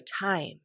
time